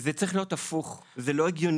וזה צריך להיות הפוך, זה לא הגיוני.